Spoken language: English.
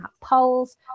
polls